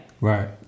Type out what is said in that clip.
Right